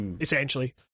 essentially